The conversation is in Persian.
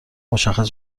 مشخص